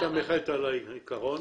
מסתמכת על העיקרון